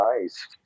Nice